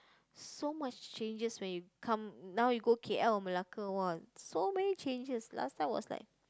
so much changes when you come now you go K_L or Malacca !wah! so many changes last time was like